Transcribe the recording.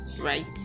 Right